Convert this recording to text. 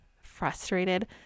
frustrated